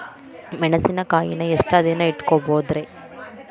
ಮೆಣಸಿನಕಾಯಿನಾ ಎಷ್ಟ ದಿನ ಇಟ್ಕೋಬೊದ್ರೇ?